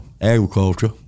agriculture